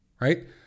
right